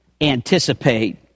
anticipate